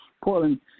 Portland